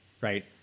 Right